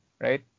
right